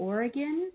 Oregon